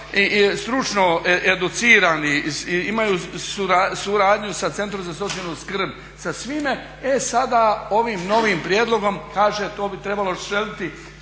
i stručno educirani i imaju suradnju sa Centrom za socijalnu skrb, sa svime e sada ovim novim prijedlogom kaže to bi trebalo seliti